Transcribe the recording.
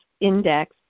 index